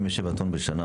47 טון בשנה